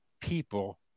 people